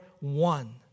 one